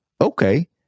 okay